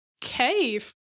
cave